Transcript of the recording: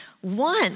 one